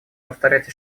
повторять